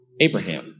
Abraham